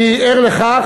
אני ער לכך,